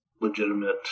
legitimate